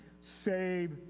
save